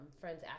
friends